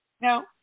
No